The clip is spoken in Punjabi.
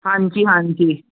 ਹਾਂਜੀ ਹਾਂਜੀ